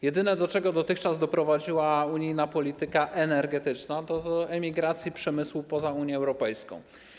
Jedyne, do czego dotychczas doprowadziła unijna polityka energetyczna, to do emigracji przemysłu poza Unię Europejską.